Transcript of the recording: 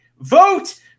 Vote